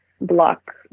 block